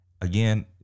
again